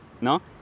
no